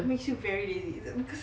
makes you very lazy it's because